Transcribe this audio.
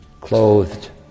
clothed